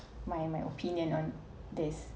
my my opinion on this